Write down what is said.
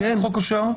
מתי החוק אושר?